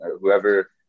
Whoever